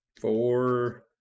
four